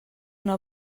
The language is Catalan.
una